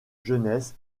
jeunesse